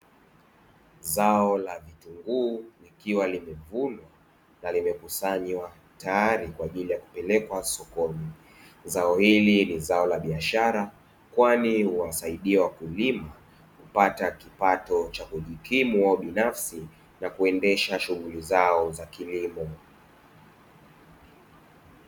Zao la vitunguu likiwa limevunwa na limekusanywa tayari kwa ajili ya kupelekwa sokon. Zao hili ni zao la biashara kwani huwasaidia wakulima kupata kipato cha kujikimu wao binafsi na kuendesha shughuli zao za kilimo.